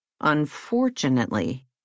Unfortunately